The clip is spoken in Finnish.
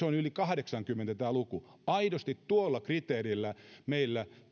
on yli kahdeksankymmentä aidosti tuolla kriteerillä meillä